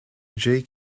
jay